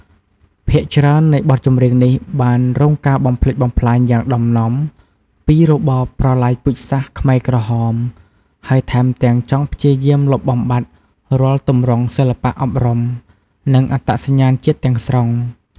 ភាគច្រើននៃបទចម្រៀងនេះ បានរងការបំផ្លិចបំផ្លាញយ៉ាងដំណំពី របបប្រល័យពូជសាសន៍ខ្មែរក្រហម ហើយថែមទាំងចង់ព្យាយាមលុបបំបាត់រាល់ទម្រង់សិល្បៈ អប់រំ និងអត្តសញ្ញាណជាតិទាំងស្រុង។